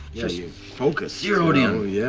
yeah, you're focused. zeroed in, yeah